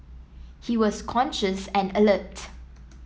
he was conscious and alert